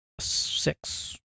six